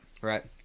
right